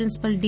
principal D